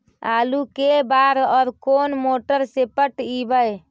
आलू के बार और कोन मोटर से पटइबै?